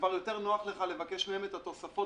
כבר יותר נוח לך לבקש מהם את התוספות